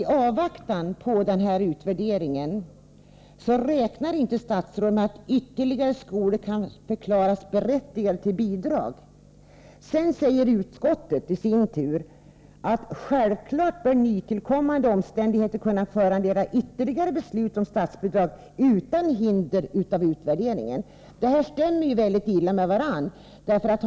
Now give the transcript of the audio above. I propositionen säger sig statsrådet i avvaktan på utvärderingen inte räkna med att ytterligare skolor kan förklaras berättigade till bidrag. Utskottet förklarar i sin tur: ”Självklart bör nytillkommande omständigheter kunna föranleda ytterligare beslut om statsbidrag utan hinder av att utvärdering av verksamheten vid vissa andra skolor pågår.” De här uttalandena stämmer väldigt illa med varandra.